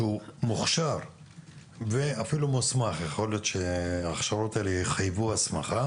שהוא מוכשר ואפילו מוסמך יכול להיות שההכשרות הללו יחייבו הסמכה